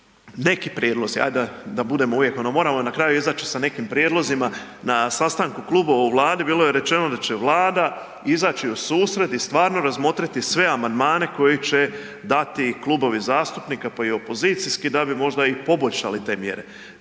Neki prijedlozi, ajd da budemo uvijek ono, moramo na kraju izaći sa nekim prijedlozima, na sastanku klubova u Vladi bilo je rečeno da će Vlada izaći u susret i stvarno razmotriti sve amandmane koji će dati klubovi zastupnika pa i opozicijski da bi možda i poboljšali te mjere,